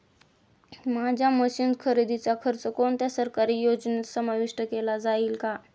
माझ्या मशीन्स खरेदीचा खर्च कोणत्या सरकारी योजनेत समाविष्ट केला जाईल का?